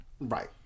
Right